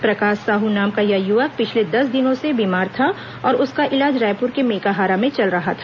प्रकाश साहू नाम का यह युवक पिछले दस दिनों से बीमार था और उसका इलाज रायपुर के मेकाहारा में चल रहा था